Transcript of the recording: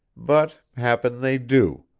but happen they do.